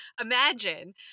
imagine